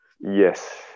Yes